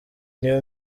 new